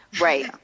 Right